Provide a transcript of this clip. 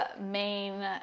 main